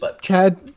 Chad